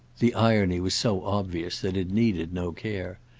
the irony was so obvious that it needed no care.